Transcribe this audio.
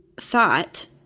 thought